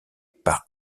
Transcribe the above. par